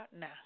now